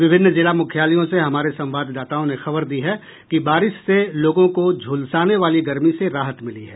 विभिन्न जिला मुख्यालयों से हमारे संवाददाताओं ने खबर दी है कि बारिश से लोगों को झुलसाने वाली गर्मी से राहत मिली है